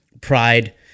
Pride